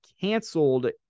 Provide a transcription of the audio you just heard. canceled